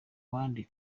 bandi